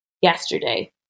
yesterday